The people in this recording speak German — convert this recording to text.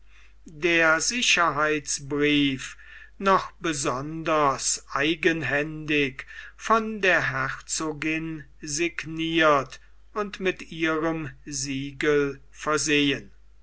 der sicherheitsbrief noch besonders eigenhändig von der herzogin signiert und mit ihrem siegel versehen